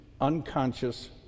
unconscious